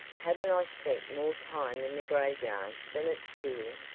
haven't i spent more time in the graveyard than at school?